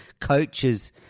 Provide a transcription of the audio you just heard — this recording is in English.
coaches